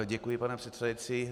Děkuji, pane předsedající.